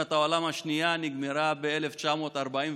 מלחמת העולם השנייה נגמרה ב-1945.